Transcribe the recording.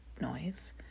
noise